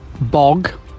bog